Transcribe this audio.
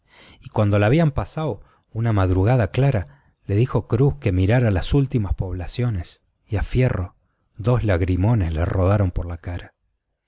y cuando la habían pasao una madrugada clara le dijo cruz que mirara las últimas poblaciones y a fierro dos lagrimones le rodaron por la cara